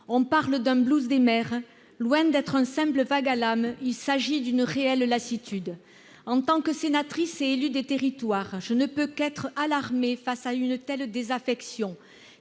On parle d'un « blues » des maires. Loin d'être un simple vague à l'âme, il s'agit d'une réelle lassitude. En tant que sénatrice et élue des territoires, je ne peux qu'être alarmée face à une telle désaffection,